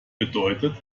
bedeutet